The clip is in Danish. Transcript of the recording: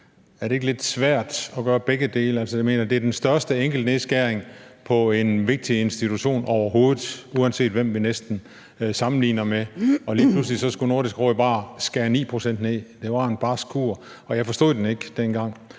Er det ikke lidt svært at gøre begge dele? Altså, jeg mener, det er den største enkeltstående nedskæring på en vigtig institution overhovedet, uanset hvad vi næsten sammenligner med? Lige pludselig skulle Nordisk Råd bare skæres 9 pct. ned. Det var en barsk kur, og jeg forstod den ikke dengang,